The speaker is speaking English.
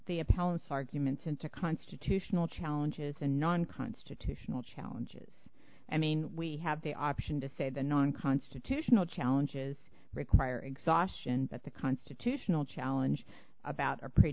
into constitutional challenges and non constitutional challenges and i mean we have the option to say the non constitutional challenges require exhaustion but the constitutional challenge about our pre